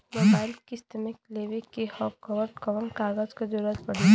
Mobile किस्त मे लेवे के ह कवन कवन कागज क जरुरत पड़ी?